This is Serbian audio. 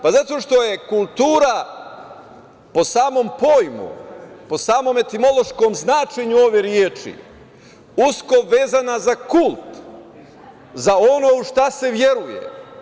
Pa zato što je kultura po samom pojmu, po samom etimološkom značenju ove reči usko vezana za kult, za ono u šta se verujem.